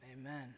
amen